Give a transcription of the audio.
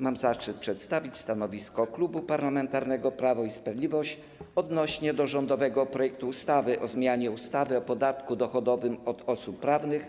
Mam zaszczyt przedstawić stanowisko Klubu Parlamentarnego Prawo i Sprawiedliwość odnośnie do rządowego projektu ustawy o zmianie ustawy o podatku dochodowym od osób prawnych